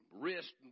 wrist